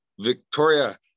Victoria